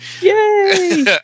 Yay